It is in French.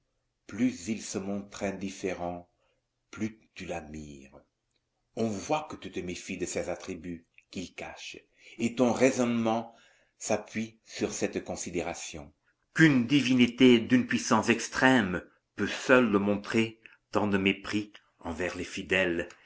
plus il se montre indifférent plus tu l'admires on voit que tu te méfies de ses attributs qu'il cache et ton raisonnement s'appuie sur cette considération qu'une divinité d'une puissance extrême peut seule montrer tant de mépris envers les fidèles